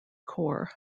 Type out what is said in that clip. corps